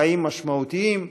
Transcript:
לחיים משמעותיים,